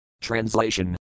Translation